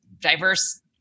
diverse